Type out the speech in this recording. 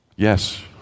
Yes